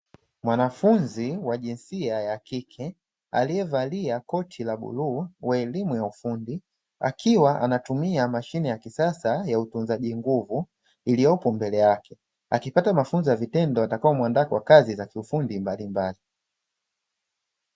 Mwanafunzi wa jinsia ya kike aliyevalia koti la bluu, wa elimu ya ufundi akiwa anatumia Mashine ya kisasa ya utunzaji nguvu iliyopo mbele yake akipata mafunzo ya vitendo yatakayo muandaa kwa kazi za kiufundi mbalimbali.